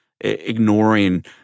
ignoring